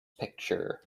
picture